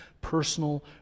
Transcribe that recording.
personal